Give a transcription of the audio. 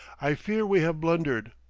i fear we have blundered.